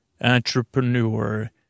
entrepreneur